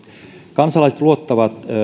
kansalaiset luottavat